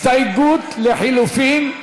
הסתייגות לחלופין,